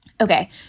Okay